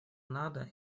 надо